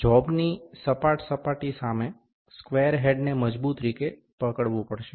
જોબની સપાટ સપાટી સામે સ્ક્વેર હેડને મજબૂત રીતે પકડવું પડશે